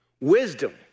wisdom